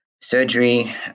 surgery